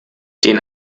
den